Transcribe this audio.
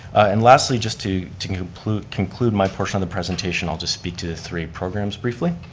and lastly, just to to conclude conclude my portion of the presentation i'll just speak to the three programs briefly.